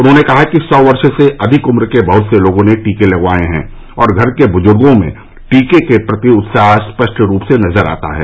उन्होंने कहा कि सौ वर्ष से अधिक उम्र के बहुत से लोगों ने टीके लगवाये हैं और घर के बुज़ुर्गो में टीके के प्रति उत्साह स्पष्ट रूप से नजर आता है